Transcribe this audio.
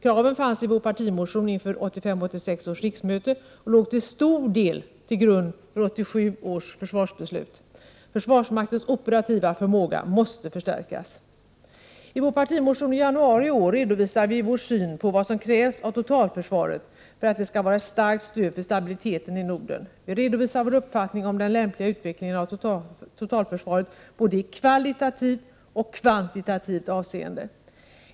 Kraven fanns i vår partimotion inför 1985/86 års riksmöte och låg till stor del till grund för 1987 års försvarsbeslut. Försvarsmaktens operativa förmåga måste förstärkas. I vår partimotion från januari i år redovisar vi vår syn på vad som krävs av totalförsvaret för att det skall vara ett starkt stöd för stabiliteten i Norden. Vi redovisar vår uppfattning om den lämpliga utvecklingen av totalförsvaret både i kvalitativt och i kvantitativt avseende.